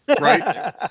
right